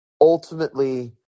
ultimately –